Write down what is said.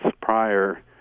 prior